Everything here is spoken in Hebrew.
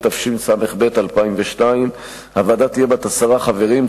התשס"ב 2002. הוועדה תהיה בת עשרה חברים,